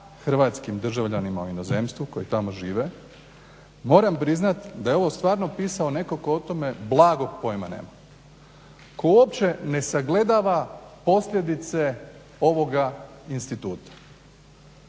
hrvatskim državljanima u inozemstvu koji tamo žive, moram priznat da je ovo stvarno pisao netko tko o tome blagog pojma nema, tko uopće ne sagledava posljedice ovoga instituta.